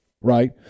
right